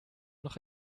noch